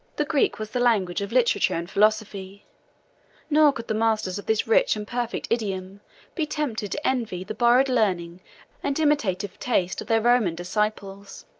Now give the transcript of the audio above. the greek was the language of literature and philosophy nor could the masters of this rich and perfect idiom be tempted to envy the borrowed learning and imitative taste of their roman disciples.